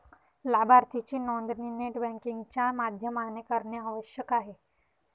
लाभार्थीची नोंदणी net banking च्या माध्यमाने करणे आवश्यक आहे